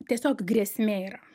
tiesiog grėsmė yra